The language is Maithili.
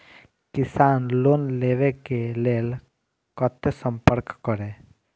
किसान लोन लेवा के लेल कते संपर्क करें?